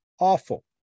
awful